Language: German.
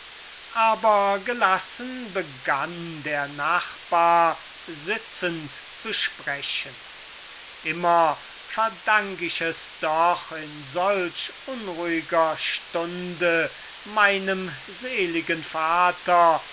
aber gelassen begann der nachbar sitzend zu sprechen immer verdank ich es doch in solch unruhiger stunde meinem seligen vater